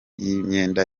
y’imyenda